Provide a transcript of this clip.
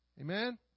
Amen